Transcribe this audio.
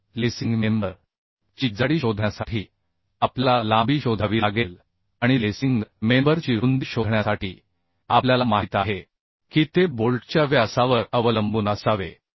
तर lacing member ची जाडी शोधण्यासाठी आपल्याला लांबी शोधावी लागेल आणि लेसिंग मेंबर ची रुंदी शोधण्यासाठी आपल्याला माहित आहे की ते बोल्टच्या व्यासावर अवलंबून असावे